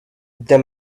the